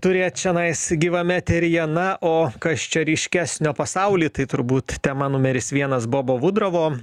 turėt čianais gyvam eteryje na o kas čia ryškesnio pasauly tai turbūt tema numeris vienas bobo vudravo